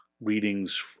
readings